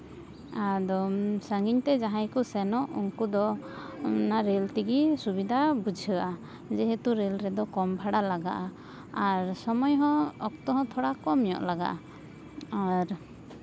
ᱟᱫᱚ ᱥᱟᱺᱜᱤᱧ ᱛᱮ ᱡᱟᱦᱟᱸᱭ ᱠᱚ ᱥᱮᱱᱚᱜ ᱩᱱᱠᱩ ᱫᱚ ᱚᱱᱟ ᱨᱮᱹᱞ ᱛᱮᱜᱮ ᱥᱩᱵᱤᱫᱟ ᱵᱩᱡᱷᱟᱹᱜᱼᱟ ᱡᱮᱦᱮᱛᱩ ᱨᱮᱹᱞ ᱨᱮᱫᱚ ᱠᱚᱢ ᱵᱷᱟᱲᱟ ᱞᱟᱜᱟᱜᱼᱟ ᱟᱨ ᱥᱚᱢᱚᱭ ᱦᱚᱸ ᱚᱠᱛᱚ ᱦᱚᱸ ᱛᱷᱚᱲᱟ ᱠᱚᱢ ᱧᱚᱜ ᱞᱟᱜᱟᱜᱼᱟ ᱟᱨ